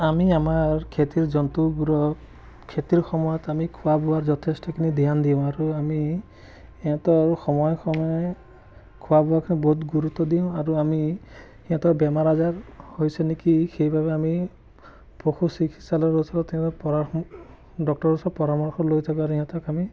আমি আমাৰ খেতিৰ জন্তুবোৰক খেতিৰ সময়ত আমি খোৱা বোৱা যথেষ্টখিনি ধ্যান দিওঁ আৰু আমি সিহঁতৰ সময়ে সময়ে খোৱা বোৱাখিনি বহুত গুৰুত্ব দিওঁ আৰু আমি সিহঁতৰ বেমাৰ আজাৰ হৈছে নেকি সেইবাবে আমি পশু চিকিৎসালয়ৰ ওচৰত ডক্টৰৰ ওচৰত পৰামৰ্শ লৈ থাকোঁ আৰু সিহঁতক আমি